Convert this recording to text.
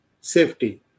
safety